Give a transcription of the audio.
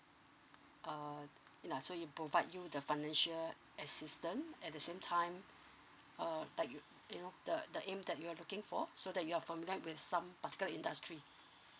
uh and ya so it provide you the financial assistance at the same time uh like you know the the aim that you are looking for so that you are familiar with some particular industry